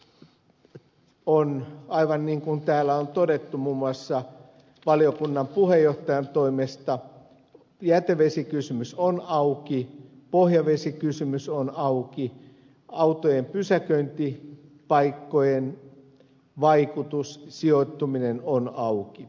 tämän vuoksi aivan niin kuin täällä on todettu muun muassa valiokunnan puheenjohtajan toimesta jätevesikysymys on auki pohjavesikysymys on auki autojen pysäköintipaikkojen vaikutus sijoittuminen on auki